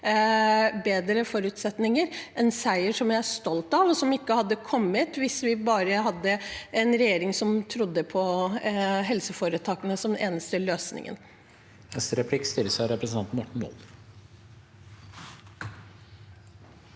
bedre forutsetninger – en seier som jeg er stolt av, og som ikke hadde kommet hvis vi hadde en regjering som bare trodde på helseforetakene som den eneste løsningen.